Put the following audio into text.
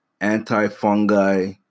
anti-fungi